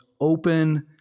open